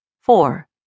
Four